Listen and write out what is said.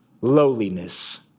lowliness